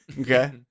Okay